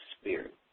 spirit